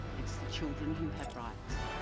it's the children who have rights.